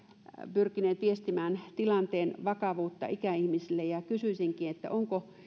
pyrkineet viestimään tilanteen vakavuutta ikäihmisille ja kysyä onko